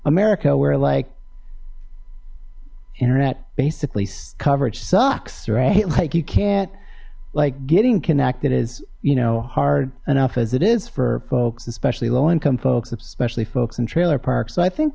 america where like internet basically coverage sucks right like you can't like getting connected as you know hard enough as it is for folks especially low income folks especially folks in trailer parks so i think